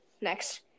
Next